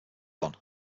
one